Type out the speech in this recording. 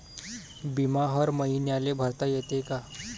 बिमा हर मईन्याले भरता येते का?